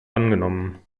angenommen